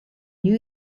new